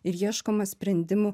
ir ieškoma sprendimų